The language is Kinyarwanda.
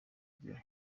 rye